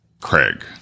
Craig